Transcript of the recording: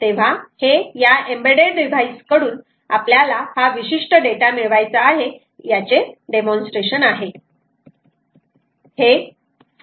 तेव्हा हे या एम्बेडेड डिव्हाईस कडून आपल्याला हा विशिष्ट डेटा मिळवायचा आहे याचे डेमॉन्स्ट्रेशन आहे